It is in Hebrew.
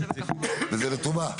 וזה לטובה,